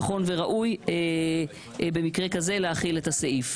נכון וראוי במקרה כזה להחיל את הסעיף.